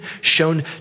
shown